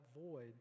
void